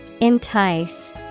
Entice